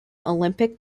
olympic